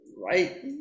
right